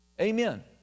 Amen